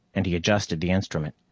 and he adjusted the instrument.